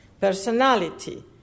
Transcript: personality